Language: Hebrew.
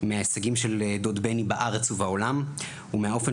מההישגים של דוד בני בארץ ובעולם ומהאופן